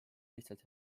lihtsalt